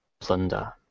plunder